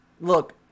Look